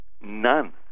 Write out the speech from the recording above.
none